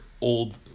old